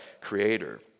creator